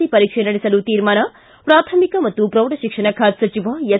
C ಪರೀಕ್ಷೆ ನಡೆಸಲು ತೀರ್ಮಾನ ಪ್ರಾಥಮಿಕ ಮತ್ತು ಪ್ರೌಢಶಿಕ್ಷಣ ಖಾತೆ ಸಚಿವ ಎಸ್